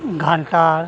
ᱠᱷᱟᱱᱴᱟᱲ